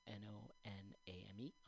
n-o-n-a-m-e